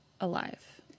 Alive